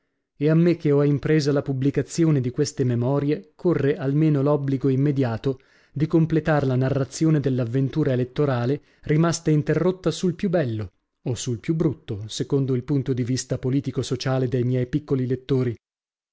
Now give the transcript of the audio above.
me che ho impresa la pubblicazione di queste memorie corre almeno l'obbligo immediato di completar la narrazione dell'avventura elettorale rimasta interrotta sul più bello o sul più brutto secondo il punto di vista politicosociale dei miei piccoli lettori